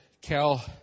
Cal